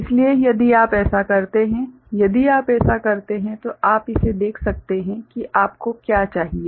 इसलिए यदि आप ऐसा करते हैं यदि आप एसा करते हैं तो आप इसे देख सकते हैं कि आपको क्या चाहिए